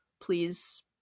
please